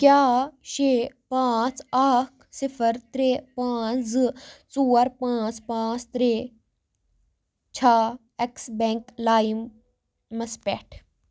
کیٛاہ شےٚ پانٛژھ اَکھ صِفَر ترٛےٚ پانٛژھ زٕ ژور پانٛژھ پانٛژھ ترٛےٚ چھا ایٚکٕس بیٚنٛک لایِمس پٮ۪ٹھ